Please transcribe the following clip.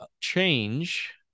change